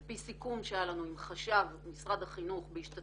על פי סיכום שהיה לנו עם חשב משרד החינוך בהשתתפות